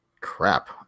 crap